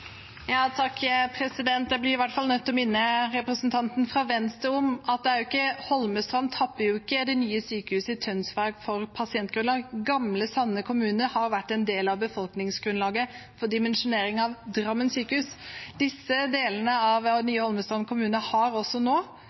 Jeg blir i hvert fall nødt til å minne representanten fra Venstre om at Holmestrand ikke tapper det nye sykehuset i Tønsberg for pasientgrunnlag. Gamle Sande kommune har vært en del av befolkningsgrunnlaget for dimensjoneringen av Drammen sykehus. Disse delene av nye Holmestrand kommune har også nå